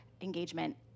engagement